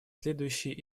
следующих